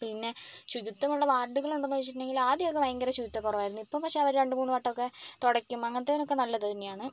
പിന്നെ ശുചിത്വമുള്ള വാർഡുകൾ ഉണ്ടോന്നു ചോദിച്ചിട്ടുണ്ടങ്കിൽ ആദ്യമൊക്കെ ഭയങ്കര ശുചിത്വ കുറവായിരുന്നു ഇപ്പോൾ പക്ഷേ അവർ രണ്ടുമൂന്ന് വട്ടമൊക്കെ തുടയ്ക്കും അങ്ങനത്തെനൊക്കെ നല്ലത് തന്നെയാണ്